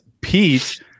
Pete –